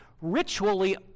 ritually